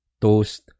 toast